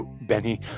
Benny